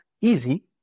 easy